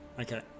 Okay